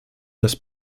das